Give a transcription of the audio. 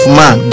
man